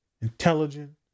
intelligent